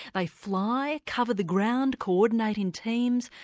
they fly, cover the ground, coordinate in teams,